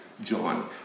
John